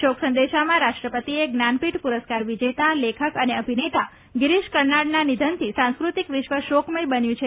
શોક સંદેશામાં રાષ્ટ્રપતિએ જ્ઞાનપીઠ પુરસ્કાર વિજેતા લેખક અને અભિનેતા ગિરિશ કર્નાડના નિધનથી સાંસ્ક્રતિક વિશ્વ શોકમય બન્યું છે